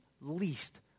least